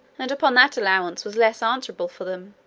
and upon that allowance was less answerable for them.